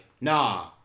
nah